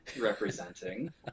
representing